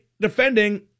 defending